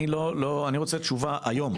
צריך להבין שעצם